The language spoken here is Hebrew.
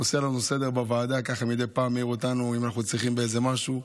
הוא עושה לנו סדר מדי פעם ומעיר אותנו אם אנחנו צריכים משהו.